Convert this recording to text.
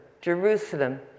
Jerusalem